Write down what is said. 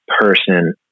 person